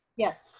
yes.